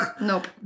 Nope